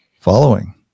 Following